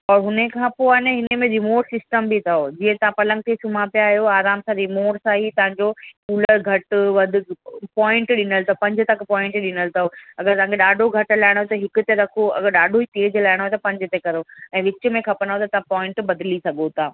त उन खां पोइ आहे ने इन में रिमोट सिस्टम बि अथव जीअं तव्हां पलंग में सुम्हियल पिया आहियो आराम सां रिमोट सां ई तव्हांजो कूलर घटि वधि पॉइंट ॾिनल अथव पंज तक पॉइंट ॾिनल अथव अगरि तव्हांखे ॾाढो घटि हलाइणो त हिकु ते रखो अगरि ॾाढो तेज़ हलाइणो अथव त पंज ते करियो ऐं विच में खपंदो त पॉइंट बदिली सघो था